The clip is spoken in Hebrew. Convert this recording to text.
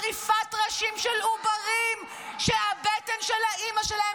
עריפת ראשים של עוברים שהבטן של האימהות שלהם